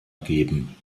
geben